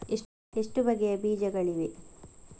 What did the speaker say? ಎಷ್ಟು ಬಗೆಯ ಬೀಜಗಳಿವೆ?